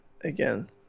again